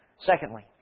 Secondly